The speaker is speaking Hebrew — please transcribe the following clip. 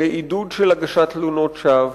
לעידוד של הגשת תלונות שווא.